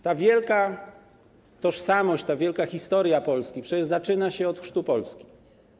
Ta wielka tożsamość, ta wielka historia Polski przecież zaczyna się od chrztu Polski.